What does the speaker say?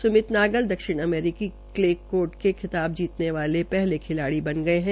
सूमित नागल दक्षिण अमरीकी क्लेकोर्ट खिताब जीतने वाले पहले खिलाड़ी बन गये है